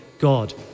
God